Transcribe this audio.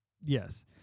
Yes